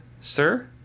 sir